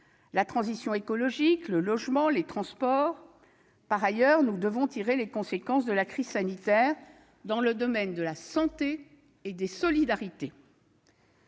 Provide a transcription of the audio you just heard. la transition écologique, le logement, les transports. Par ailleurs, nous devons tirer les conséquences de la crise sanitaire dans le domaine de la santé et des solidarités.